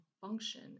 function